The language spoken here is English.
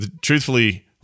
Truthfully